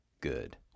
good